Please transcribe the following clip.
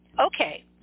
Okay